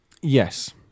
Yes